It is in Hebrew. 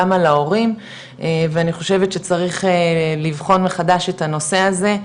על ההורים ואני חושבת שצריך לבחון מחדש את הנושא הזה,